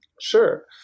Sure